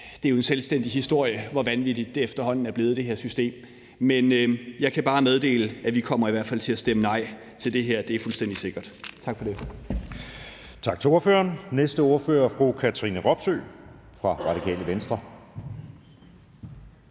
Det er jo en selvstændig historie, hvor vanvittig det her EU-system efterhånden er blevet. Men jeg kan bare meddele, at vi kommer i hvert fald til at stemme nej til det her. Det er fuldstændig sikkert. Tak for det.